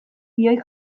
bioi